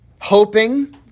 hoping